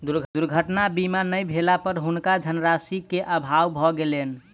दुर्घटना बीमा नै भेला पर हुनका धनराशि के अभाव भ गेलैन